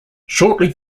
shortly